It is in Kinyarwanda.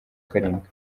karindwi